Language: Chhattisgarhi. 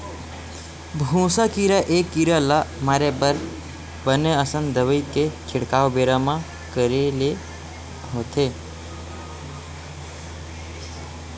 भूसा कीरा ए कीरा ल मारे बर बने असन दवई के छिड़काव बेरा म करे ले होथे